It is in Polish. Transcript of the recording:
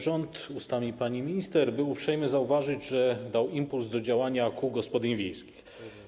Rząd ustami pani minister był uprzejmy zauważyć, że dał impuls do działania kół gospodyń wiejskich.